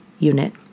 unit